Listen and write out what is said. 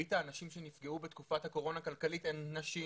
מרבית האנשים שנפגעו בתקופת הקורונה כלכלית הן נשים,